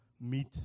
meet